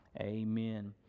Amen